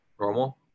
normal